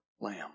lamb